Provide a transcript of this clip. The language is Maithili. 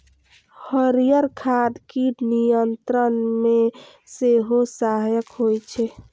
हरियर खाद कीट नियंत्रण मे सेहो सहायक होइ छै